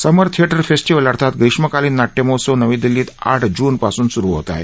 समर theatre festival अर्थात ग्रीष्मकालीन नाट्य महोत्सव नवी दिल्लीत आठ जून पासून स्रू होत आहे